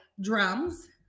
drums